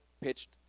pitched